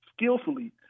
skillfully –